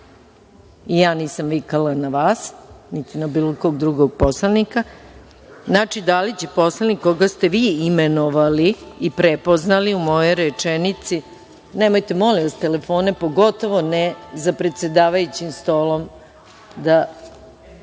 Ni ja nisam vikala na vas, niti na bilo kog drugog poslanika. Znači, da li će poslanik koga ste vi imenovali i prepoznali u mojoj rečenici… Nemojte, molim vas telefone, pogotovo ne za predsedavajućim stolom.